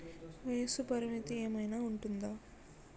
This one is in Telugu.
వయస్సు పరిమితి ఏమైనా ఉంటుందా?